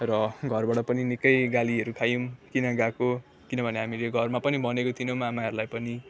र घरबाट पनि निकै गालीहरू खायौँ किन गएको किनभने हामीले घरमा पनि भनेका थिएनौँ आमाहरूलाई पनि